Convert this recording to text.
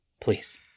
please